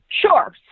Sure